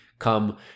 come